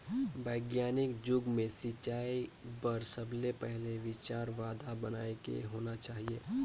बिग्यानिक जुग मे सिंचई बर सबले पहिले विचार बांध बनाए के होना चाहिए